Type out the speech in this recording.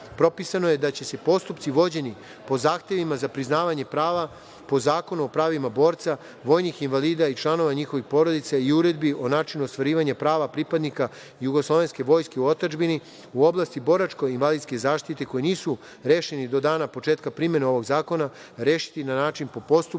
propisano je da će se postupci vođeni po zahtevima za priznavanje prava, po Zakonu o pravima borca, vojnih invalida i članova njihovih porodica i Uredbi o načinu ostvarivanja prava pripadnika Jugoslovenske vojske u otadžbini u oblasti boračko-invalidske zaštite koji nisu rešeni do dana početka primene ovog zakona, rešiti na način, po postupku